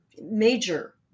major